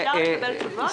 אפשר לקבל תשובות?